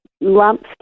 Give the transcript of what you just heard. lumps